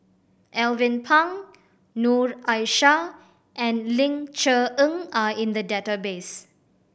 Alvin Pang Noor Aishah and Ling Cher Eng are in the database